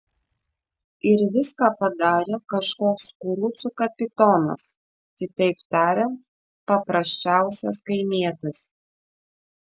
ir viską padarė kažkoks kurucų kapitonas kitaip tariant paprasčiausias kaimietis